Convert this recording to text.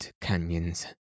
canyons